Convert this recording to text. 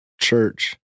church